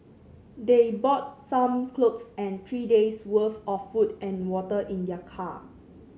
they brought some clothes and three days' worth of food and water in their car